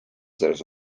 sellest